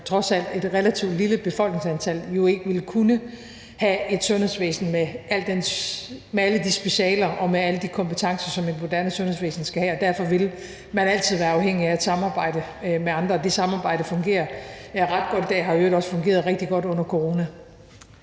trods alt relativt lille befolkningstal jo ikke vil kunne have et sundhedsvæsen med alle de specialer og med alle de kompetencer, som et moderne sundhedsvæsen skal have. Derfor vil man altid være afhængig af at samarbejde med andre, og det samarbejde fungerer ret godt i dag, og det har i øvrigt også fungeret rigtig godt under coronakrisen.